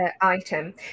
item